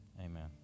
Amen